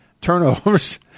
turnovers